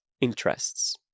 interests